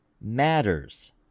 matters